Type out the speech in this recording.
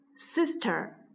Sister